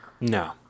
No